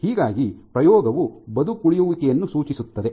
ಹೀಗಾಗಿ ಪ್ರಯೋಗವು ಬದುಕುಳಿಯುವಿಕೆಯನ್ನು ಸೂಚಿಸುತ್ತದೆ